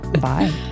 Bye